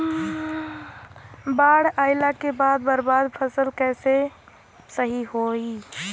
बाढ़ आइला के बाद बर्बाद फसल कैसे सही होयी?